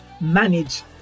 manage